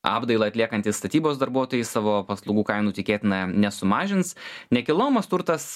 apdailą atliekantys statybos darbuotojai savo paslaugų kainų tikėtina nesumažins nekilnojamas turtas